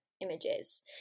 images